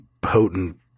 potent